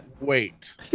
wait